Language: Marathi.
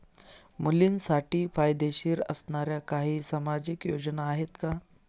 मुलींसाठी फायदेशीर असणाऱ्या काही सामाजिक योजना आहेत का?